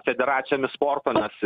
federacijomis sporto nes